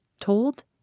told